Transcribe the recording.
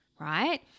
right